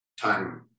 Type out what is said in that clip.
time